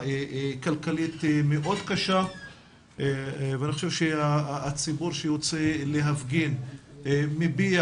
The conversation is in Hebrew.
כלכלית מאוד קשה ואני חושב שהציבור שיוצא להפגין מביע